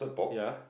ya